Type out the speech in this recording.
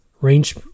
range